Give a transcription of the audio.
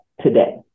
today